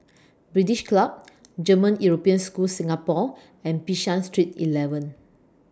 British Club German European School Singapore and Bishan Street eleven